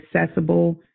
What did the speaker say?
accessible